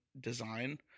design